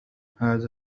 هذا